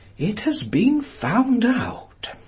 it has been found out.